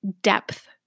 depth